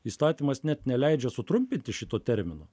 įstatymas net neleidžia sutrumpinti šito termino